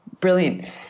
brilliant